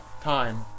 time